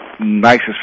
nicest